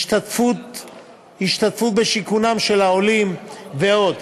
השתתפות בשיכונם של העולים ועוד.